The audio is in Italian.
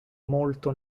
molto